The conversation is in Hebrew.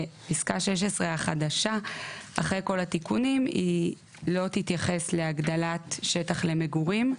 ופסקה 16 החדשה אחרי כל התיקונים היא לא תתייחס להגדלת שטח למגורים,